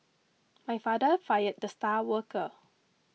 my father fired the star worker